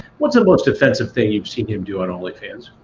what's the most offensive thing you've seen him do on onlyfans?